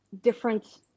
different